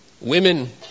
Women